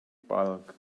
bulk